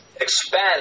expand